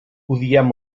odiem